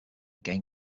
gain